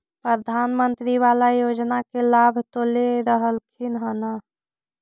प्रधानमंत्री बाला योजना के लाभ तो ले रहल्खिन ह न?